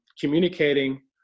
communicating